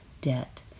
debt